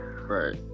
right